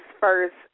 first